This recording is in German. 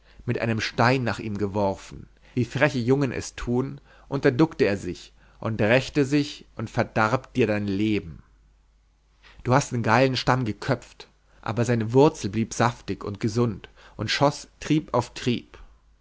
mit einem stein nach ihm geworfen wie freche jungen es tun und da duckte er sich und rächte sich und verdarb dir dein leben du hast den geilen stamm geköpft aber seine wurzel blieb saftig und gesund und schoß trieb auf trieb